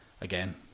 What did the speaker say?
again